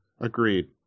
Agreed